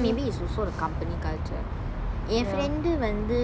maybe is also the company culture என்:en friend டு வந்து:vanthu